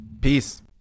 peace